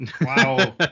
Wow